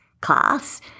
class